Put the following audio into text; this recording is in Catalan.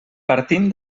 partim